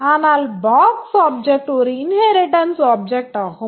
ஆனால் box object ஒரு inheritance object ஆகும்